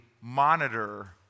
monitor